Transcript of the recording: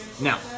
Now